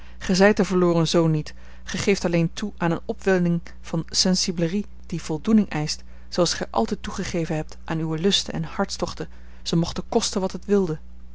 de verloren zoon niet gij geeft alleen toe aan eene opwelling van sensiblerie die voldoening eischt zooals gij altijd toegegeven hebt aan uwe lusten en hartstochten ze mochten kosten wat het wilde